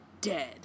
dead